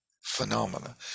phenomena